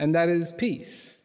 and that is peace